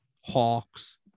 Hawks